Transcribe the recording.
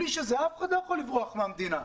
אף אחד לא יכול לברוח מהמדינה,